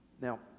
Now